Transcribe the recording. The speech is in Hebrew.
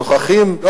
שנוכחים,